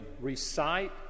recite